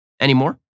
anymore